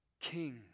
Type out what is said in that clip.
King